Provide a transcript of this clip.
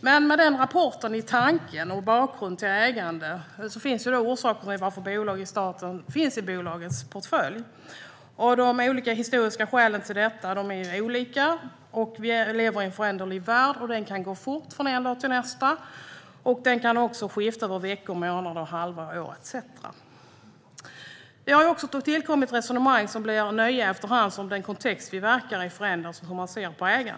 Med den rapporten som en bakgrund till det statliga ägandet kan vi se orsakerna till varför olika bolag finns i statens portfölj. De historiska skälen till detta är olika, och vi lever i en föränderlig värld. Den kan förändras fort från en dag till nästa och den kan också skifta över veckor, månader, halvår, år etcetera. Det tillkommer också nya resonemang kring hur man ser på ägandet allteftersom den kontext som vi verkar i förändras.